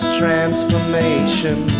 transformation